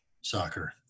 soccer